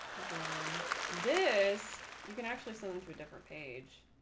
then this you can actually send them to a different page,